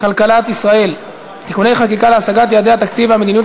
כלכלת ישראל (תיקוני חקיקה להשגת יעדי התקציב והמדיניות